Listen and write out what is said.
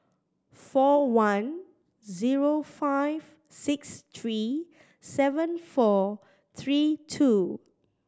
four one zero five six three seven four three two